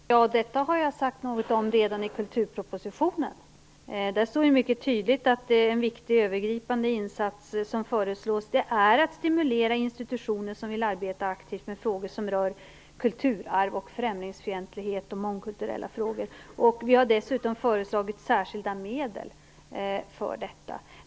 Herr talman! Detta har jag sagt något om redan i kulturpropositionen. Där står mycket tydligt att de viktiga övergripande insatser som föreslås gäller att man skall stimulera institutioner som vill arbeta aktivt med frågor som rör kulturarv och främlingsfientlighet och med mångkulturella frågor. Vi har dessutom föreslagit särskilda medel för detta.